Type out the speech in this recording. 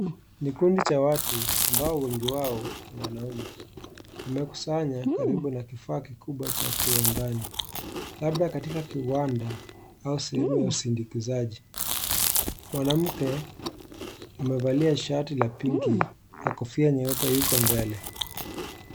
Kikundi cha watu ambao wengi wao ni wanaume. Wamekusanya karibu na kifaa kukubwa cha kiwandani labda katika kiwanda au sehemu za usindikizaji. Mwanamke amevalia shati la pinki na kofia nyeupe yuko mbele.